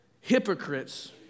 hypocrites